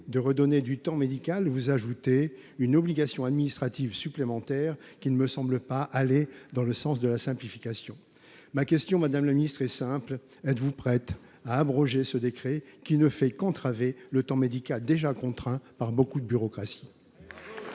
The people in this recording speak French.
de redonner du temps médical aux médecins, vous ajoutez une obligation administrative supplémentaire qui ne me semble pas aller dans le sens de la simplification. Madame la ministre, ma question est simple : êtes vous prête à abroger ce décret qui ne fait qu’entraver un temps médical déjà contraint par beaucoup de bureaucratie ?